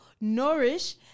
nourish